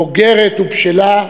בוגרת ובשלה,